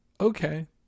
Okay